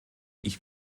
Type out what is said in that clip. ich